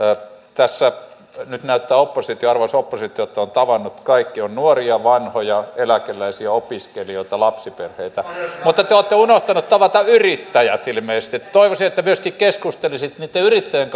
tässä nyt näyttää arvoisa oppositio siltä että kaikki ne joita oppositio on tavannut ovat nuoria vanhoja eläkeläisiä opiskelijoita lapsiperheitä mutta te te olette unohtaneet tavata yrittäjät ilmeisesti toivoisin että keskustelisitte myöskin niitten yrittäjien